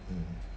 mm